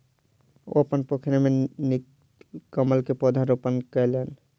ओ अपन पोखैर में नीलकमल के पौधा रोपण कयलैन